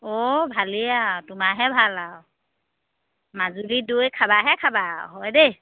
অঁ ভালেই আৰু তোমাৰহে ভাল আৰু মাজুলীৰ দৈ খাবাহে খাবা আৰু হয় দেই